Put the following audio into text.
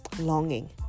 Longing